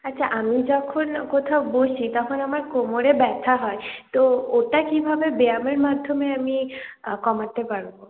আচ্ছা আমি যখন কোথাও বসি তখন আমার কোমরে ব্যথা হয় তো ওটা কীভাবে ব্যায়ামের মাধ্যমে আমি কমাতে পারব